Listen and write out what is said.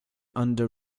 under